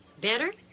Better